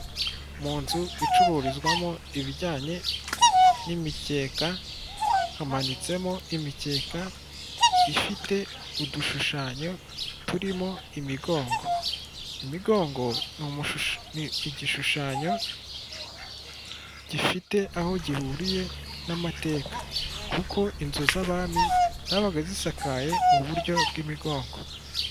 Mu nzu icururizwamo ibijyanye n'imikeka hamanitsemo imikeka ifite udushushanyo turimo imigongo, imigongo ni igishushanyo gifite aho gihuriye n'amateka kuko inzu z'abami zabaga zisakaye mu buryo bw'imigongo.